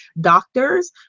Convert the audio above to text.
doctors